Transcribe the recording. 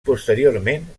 posteriorment